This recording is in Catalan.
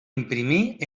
imprimir